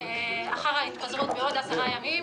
אחר ההתפזרות בעוד עשרה ימים,